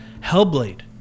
Hellblade